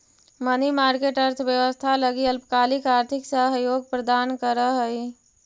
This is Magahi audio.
मनी मार्केट अर्थव्यवस्था लगी अल्पकालिक आर्थिक सहयोग प्रदान करऽ हइ